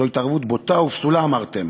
זו התערבות בוטה ופסולה, אמרתם.